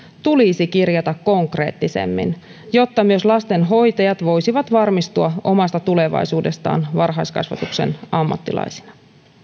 tulisi kirjata konkreettisemmin jotta myös lastenhoitajat voisivat varmistua omasta tulevaisuudestaan varhaiskasvatuksen ammattilaisina